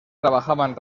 trabajaban